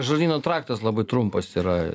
žarnyno traktas labai trumpas yra